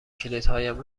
کلیدهایم